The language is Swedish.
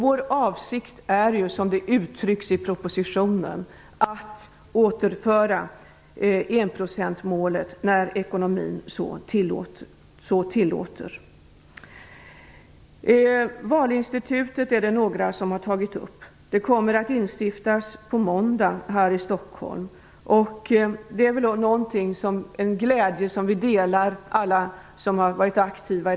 Vår avsikt är ju, som det uttrycks i propositionen, att återföra enprocentsmålet när ekonomin så tillåter. Det är några som har tagit upp valinstitutet. Det kommer att instiftas på måndag här i Stockholm. Alla som har varit aktiva i den debatten delar glädjen över detta.